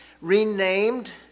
renamed